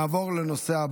להלן תוצאות